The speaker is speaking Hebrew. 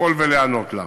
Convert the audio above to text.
לפעול ולהיענות לה.